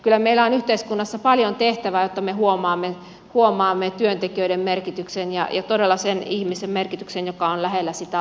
kyllä meillä on yhteiskunnassa paljon tehtävää jotta me huomaamme työntekijöiden merkityksen ja todella sen ihmisen merkityksen joka on lähellä sitä autettavaa